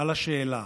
על השאלה: